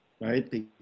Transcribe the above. right